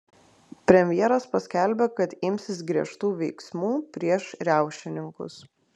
premjeras paskelbė kad imsis griežtų veiksmų prieš riaušininkus